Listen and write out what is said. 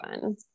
fun